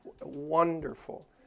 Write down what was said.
wonderful